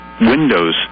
windows